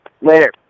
Later